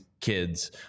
kids